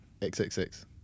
XXX